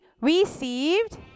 received